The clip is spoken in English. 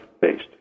based